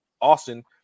Austin